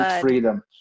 freedom